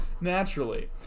naturally